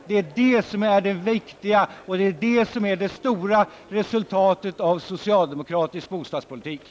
Det är detta som är det viktiga och det stora resultatet av den socialdemokratiska bostadspolitiken.